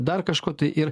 dar kažko tai ir